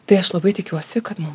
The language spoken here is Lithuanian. tai aš labai tikiuosi kad mum